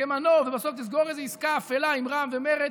כמנוף ובסוף תסגור איזו עסקה אפלה עם רע"ם ומרצ,